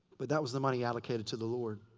but that was the money allocated to the lord.